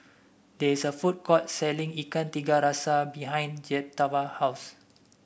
there is a food court selling Ikan Tiga Rasa behind Jeptha house